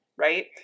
right